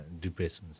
Depressions